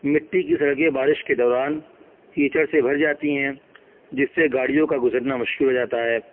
مٹی کی سڑکیں بارش کے دوران کیچڑ سے بھر جاتی ہیں جس سے گاڑیوں کا گزرنا مشکل ہو جاتا ہے